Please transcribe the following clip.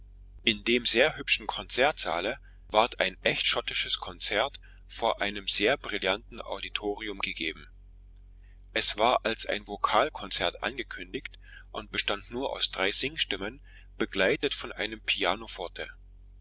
in dem sehr hübschen konzertsaale ward ein echt schottisches konzert vor einem sehr brillanten auditorium gegeben es war als ein vokalkonzert angekündigt und bestand nur aus drei singstimmen begleitet von einem